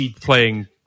playing –